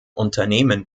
unternehmen